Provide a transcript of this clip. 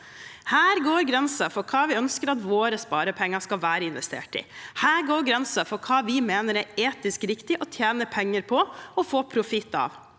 Her går grensen for hva vi ønsker at våre sparepenger skal være investert i. Her går grensen for hva vi mener det er etisk riktig å tjene penger på og få profitt av.